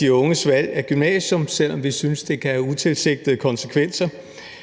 de unges valg af gymnasium, selv om vi synes, at det kan have utilsigtede konsekvenser.